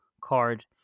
card